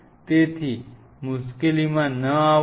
તેથી મુશ્કેલીમાં ન આવો